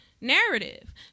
narrative